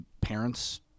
parents